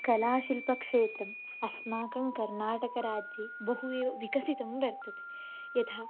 कलाशिल्पक्षेत्रम् अस्माकं कर्नाटकराज्ये बहु एव विकसितं वर्तते यथा